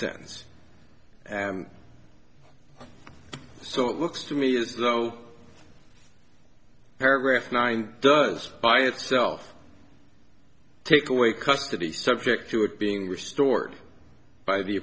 sentence and so it looks to me as though paragraph nine does by itself take away custody subject to it being restored by the